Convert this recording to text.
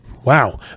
Wow